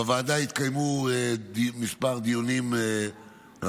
בוועדה התקיים מספר דיונים רב,